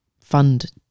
fund